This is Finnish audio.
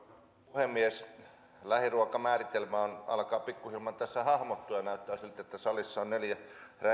puhemies lähiruokamääritelmä alkaa pikkuhiljaa tässä hahmottua ja näyttää siltä että salissa on neljä